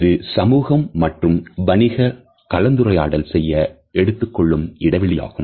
இது சமூக மற்றும் வணிக கலந்துரையாடல் செய்ய எடுத்துக்கொள்ளும் இடைவெளியாகும்